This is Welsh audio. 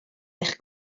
eich